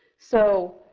so,